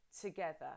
together